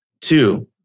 Two